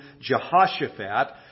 Jehoshaphat